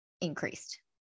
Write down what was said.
increased